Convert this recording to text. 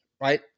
right